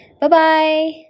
Bye-bye